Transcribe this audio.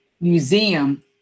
Museum